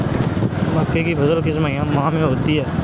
मक्के की फसल किस माह में होती है?